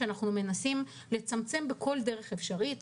ואנחנו מנסים לצמצם אותם בכל דרך אפשרית.